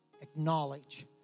acknowledge